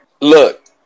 look